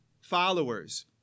followers